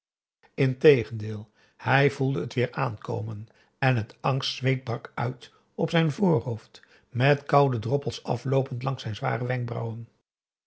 integendeel hij voelde het weer aankomen en het angstzweet brak uit op zijn voorhoofd met koude droppels afloopend langs zijn zware wenkbrauwen